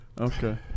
Okay